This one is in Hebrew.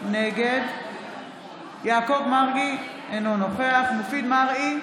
נגד יעקב מרגי, אינו נוכח מופיד מרעי,